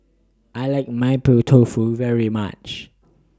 I like Mapo Tofu very much